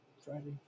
Friday